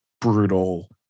brutal